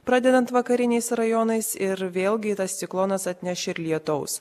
pradedant vakariniais rajonais ir vėlgi tas ciklonas atneš ir lietaus